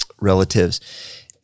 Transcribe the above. relatives